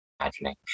imagining